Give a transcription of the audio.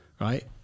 right